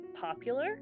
popular